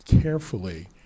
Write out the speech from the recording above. carefully